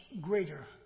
greater